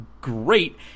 great